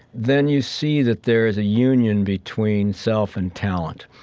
then you see that there is a union between self and talent.